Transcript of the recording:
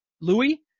Louis